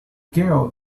girl